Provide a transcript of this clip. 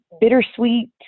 bittersweet